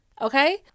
okay